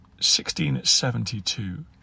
1672